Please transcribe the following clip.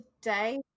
today